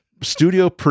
Studio